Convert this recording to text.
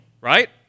right